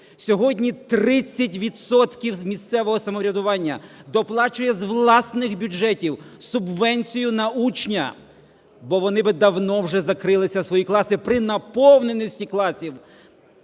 відсотків з місцевого самоврядування доплачує з власних бюджетів субвенцію на учня, бо вони би давно вже закрили свої класи при наповненості класів